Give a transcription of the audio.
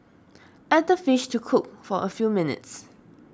add the fish to cook for a few minutes